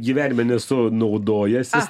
gyvenime nesu naudojęsis